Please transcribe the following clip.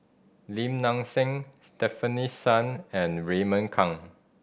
Lim Nang Seng Stefanie Sun and Raymond Kang